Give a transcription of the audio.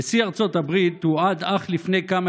נשיא ארצות הברית תועד אך לפני כמה